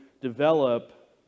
develop